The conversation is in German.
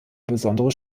besondere